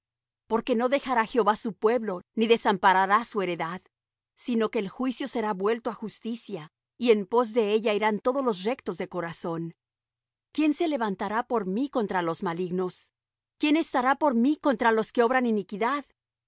porque no dejará jehová su pueblo ni desamparará su heredad sino que el juicio será vuelto á justicia y en pos de ella irán todos los rectos de corazón quién se levantará por mí contra los malignos quién estará por mí contra los que obran iniquidad